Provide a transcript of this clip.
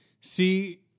See